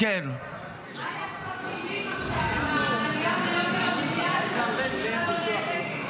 --- מה יעשו הקשישים עכשיו עם העלייה ביוקר המחיה